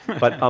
but, um